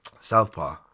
Southpaw